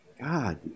God